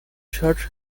church